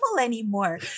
anymore